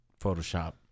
Photoshop